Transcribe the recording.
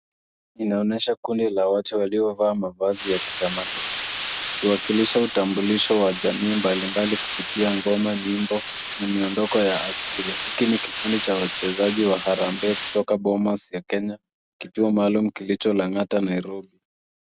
Inaonyesha kundi la watu waliovaa mavazi ya kitamaduni wakiwakilisha utambulisho wa jamii mbalimbali kupitia ngoma nyimbo na miondoko ya asili. Hiki ni kikundi cha wachezaji wa harambee kutoka Bomas ya kenya kituo maalum kilicho Lang'ata Nairobi.